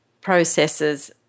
processes